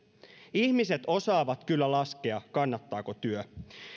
ihmiset osaavat kyllä laskea kannattaako työ